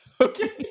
Okay